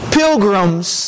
pilgrims